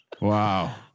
Wow